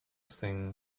thing